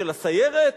של הסיירת,